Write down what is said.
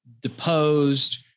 deposed